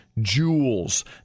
Jewels